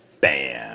Bam